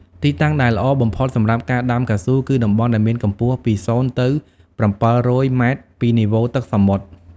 ទីតាំងដែលល្អបំផុតសម្រាប់ការដាំកៅស៊ូ គឺតំបន់ដែលមានកម្ពស់ពី ០ ទៅ ៧០០ ម៉ែត្រពីនីវ៉ូទឹកសមុទ្រ។